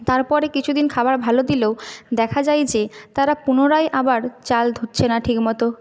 তারপরে কিছু দিন খাবার ভালো দিলেও দেখা যায় যে তারা পুনরায় আবার চাল ধুচ্ছে না ঠিকমতো